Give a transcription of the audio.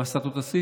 מה סטטוס התיק?